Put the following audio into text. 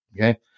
Okay